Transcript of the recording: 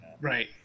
Right